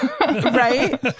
right